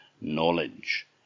knowledge